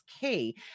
key